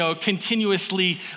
continuously